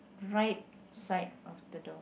right side of the door